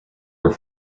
were